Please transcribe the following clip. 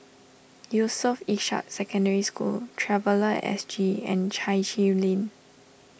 Yusof Ishak Secondary School Traveller S G and Chai Chee Lane